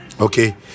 Okay